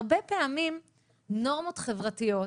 הרבה פעמים נורמות חברתיות,